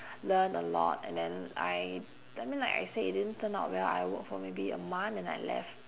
learn a lot and then I I mean like I say it didn't turn out well I work for maybe a month and I left